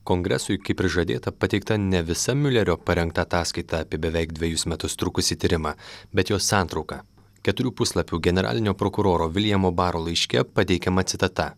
kongresui kaip ir žadėta pateikta ne visa miulerio parengta ataskaita apie beveik dvejus metus trukusį tyrimą bet jo santrauka keturių puslapių generalinio prokuroro viljamo baro laiške pateikiama citata